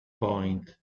point